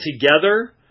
together